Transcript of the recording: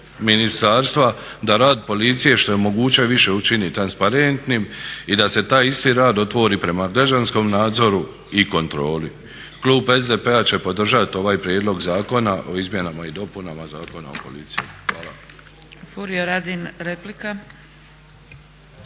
da rad policije što je moguće više učini transparentnim i da se taj isti rad otvori prema građanskom nadzoru i kontroli. Klub SDP-a će podržati ovaj Prijedlog zakona o izmjenama i dopunama Zakona o policiji. Hvala.